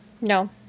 No